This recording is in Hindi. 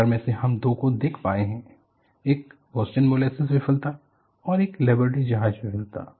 चार में से हम दो को देख पाए हैं एक बोस्टन मोलेसिस विफलता है और एक लिबर्टी जहाज विफलता है